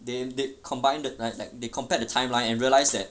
they they combined the like like they compared the timeline and realize that